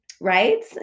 right